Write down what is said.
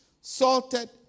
salted